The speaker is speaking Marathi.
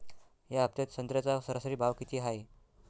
या हफ्त्यात संत्र्याचा सरासरी भाव किती हाये?